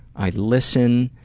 i listen,